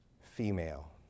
female